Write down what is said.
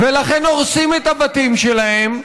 ולכן הורסים את הבתים שלהם.